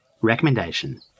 recommendation